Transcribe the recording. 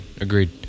Agreed